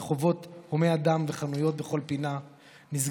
רחובות הומי אדם וחנויות בכל פינה נסגרה